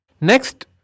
Next